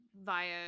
via